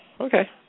Okay